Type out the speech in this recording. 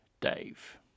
Dave